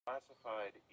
Classified